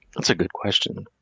that's a good question.